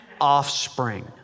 offspring